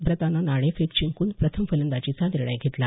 भारतानं नाणेफेक जिंकून प्रथम फलंदाजीचा निर्णय घेतला